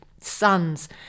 sons